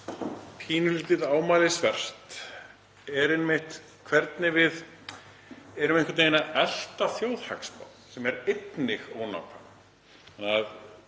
svolítið ámælisvert er hvernig við erum einhvern veginn að elta þjóðhagsspá sem er einnig ónákvæm.